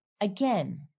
again